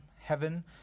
heaven